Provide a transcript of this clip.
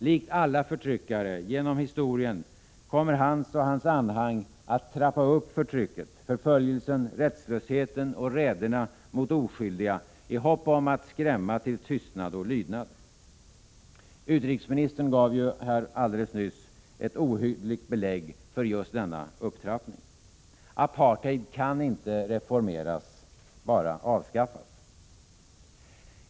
Likt alla förtryckare genom historien kommer han och hans anhang att trappa upp förtrycket, förföljelsen, rättslösheten och raiderna mot oskyldiga i hopp om att skrämma till tystnad och lydnad. Utrikesministern gav alldeles nyss ett ohyggligt belägg för just denna upptrappning. Apartheid kan inte reformeras — bara avskaffas.